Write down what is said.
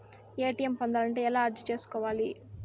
ATM పొందాలంటే ఎలా అర్జీ సేసుకోవాలి?